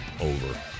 Over